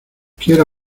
quiero